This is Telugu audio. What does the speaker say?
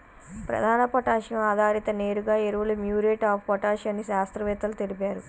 ప్రధాన పొటాషియం ఆధారిత నేరుగా ఎరువులు మ్యూరేట్ ఆఫ్ పొటాష్ అని శాస్త్రవేత్తలు తెలిపారు